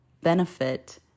benefit